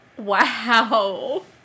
Wow